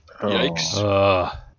Yikes